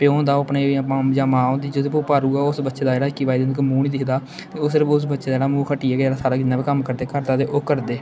प्यो होंदा ओह् अपने जां मां जां मां होंदी जेह्दे उप्पर ओह् भारू ऐ ओह् उस बच्चे दा जेह्ड़ा ऐ इक्की बाई दिन तक्कर मूंह निं दिक्खदा ते ओह् सिर्फ उस बच्चे दा जेह्ड़ा मूंह् खट्टियै गै ओह्दा सारा जिन्ना बी कम्म करदे घर दा ते ओह् करदे